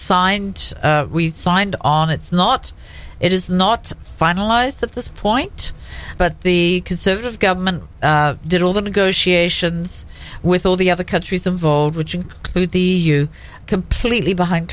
signed signed on it's not it is not finalized at this point but the conservative government did all the negotiations with all the other countries involved which include the you completely behind